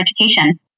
education